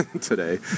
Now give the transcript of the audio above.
today